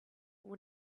will